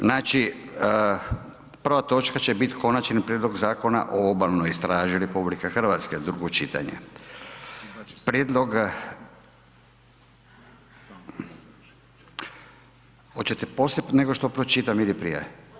Znači, prva točka će biti: - Konačni prijedlog Zakona o obalnoj straži RH, drugo čitanje, P.Z. broj 755 Hoćete poslije nego što pročitam ili prije?